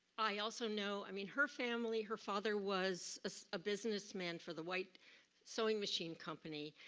i also know, i mean her family, her father was a ah businessman for the white sewing machine company.